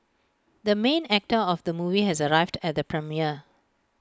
the main actor of the movie has arrived at the premiere